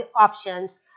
options